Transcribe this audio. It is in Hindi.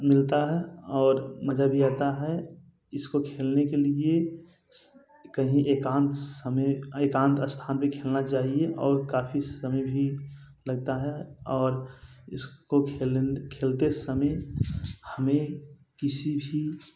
मिलता है और मज़ा भी आता है इसको खेलने के लिए कहीं एकांत समय एकांत स्थान पर खेलना चाहिए और काफ़ी समय भी लगता है और इसको खेलन खेलते समय हमें किसी भी